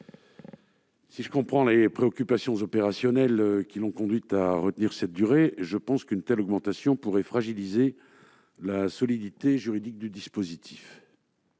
Si je comprends les préoccupations opérationnelles qui l'ont conduite à retenir ce délai, je pense qu'une telle augmentation pourrait fragiliser la solidité juridique du dispositif.